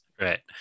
Right